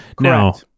Now